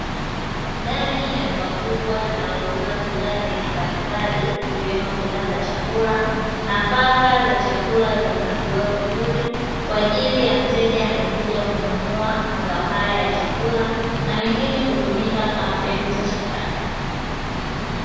Ndani ya duka kubwa linalouza bidhaa za aina mbali mbali ikiwemo bidhaa za chakula nafaka za chakula zikiwa zimepangiliwa vizuri kwa ajili ya mteja anaekuja kununua mazao haya ya chakula na mengine kutumika kama mbegu mashambani.